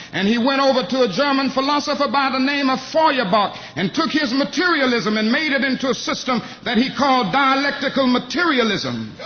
and he went over to a german philosopher by the name of feuerbach, and took his materialism and made it into a system that he called dialectical materialism.